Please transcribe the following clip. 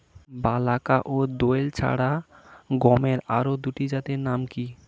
বলাকা ও দোয়েল ছাড়া গমের আরো দুটি জাতের নাম কি?